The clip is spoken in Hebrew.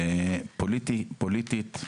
ופוליטית,